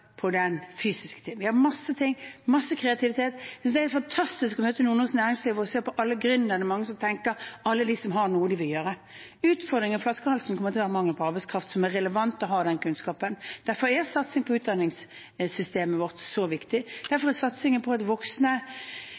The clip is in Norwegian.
på den fysiske siden. Vi har mange ting og masse kreativitet. Jeg synes det er helt fantastisk å møte nordnorsk næringsliv, se alle gründerne, mange som tenker, og alle de som har noe de vil gjøre. Utfordringen og flaskehalsen kommer til å være mangel på arbeidskraft som er relevant – å ha den kunnskapen. Derfor er satsingen på utdanningssystemet vårt så viktig, og derfor er satsingen på at voksne